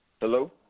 Hello